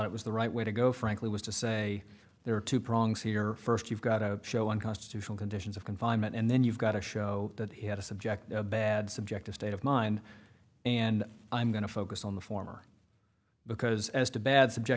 it was the right way to go frankly was to say there are two prongs here first you've got to show unconstitutional conditions of confinement and then you've got to show that he had a subject a bad subjective state of mind and i'm going to focus on the former because as to bad subject